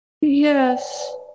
Yes